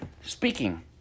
speaking